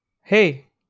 hey